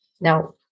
Now